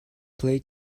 play